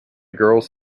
girls